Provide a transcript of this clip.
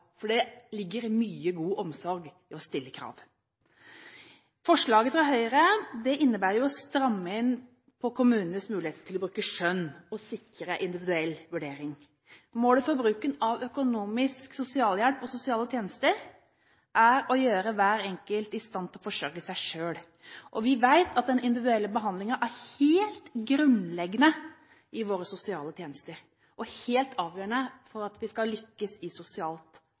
for det ligger mye god omsorg i å stille krav. Forslaget fra Høyre innebærer å stramme inn på kommunenes muligheter til å bruke skjønn og sikre individuell vurdering. Målet for bruken av økonomisk sosialhjelp og sosiale tjenester er å gjøre hver enkelt i stand til å forsørge seg selv. Vi vet at den individuelle behandlingen er helt grunnleggende i våre sosiale tjenester og helt avgjørende for å lykkes med sosialt arbeid. Det er likevel mulig at vi skal